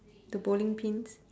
the bowling pins